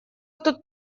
тут